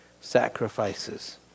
sacrifices